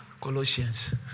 Colossians